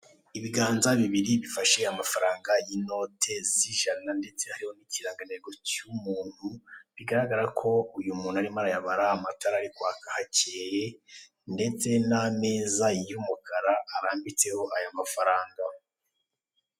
Ibiganza bibiri bifashe amafaranga y'inote z'ijana ndetse hariho n'ikirangantego cy'umuntu, bigaragara ko uyu muntu arimo arayabara, amatara ari kwaka hakeye, ndetse n'ameza y'umukara arambitseho aya mafaranga.